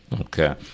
Okay